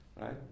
right